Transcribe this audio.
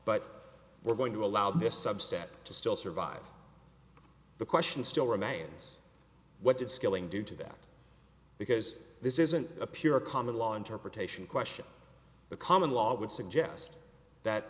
but we're going to allow this subset to still survive the question still remains what did skilling do to that because this isn't a pure common law interpretation question the common law would suggest that